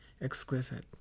exquisite